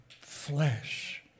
flesh